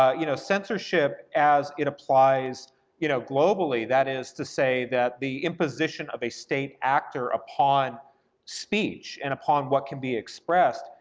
ah you know censorship, as it applies you know globally, that is to say, that the imposition of a state actor upon speech, and upon what can be expressed,